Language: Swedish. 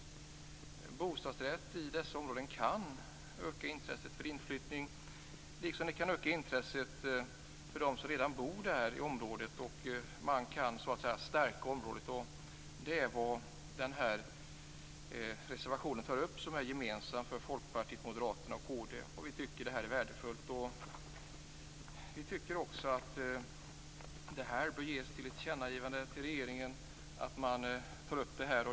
Ombildningar till bostadsrätter i dessa områden kan öka intresset för inflyttning, liksom det kan öka intresset hos dem som redan bor i området. På det viset kan man stärka området. Den här reservationen, som är gemensam för Folkpartiet, Moderaterna och Kristdemokraterna, tar upp detta. Vi tycker att detta är värdefullt. Vi tycker också att det bör ges ett tillkännagivande till regeringen att ta upp detta.